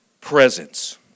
presence